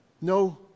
no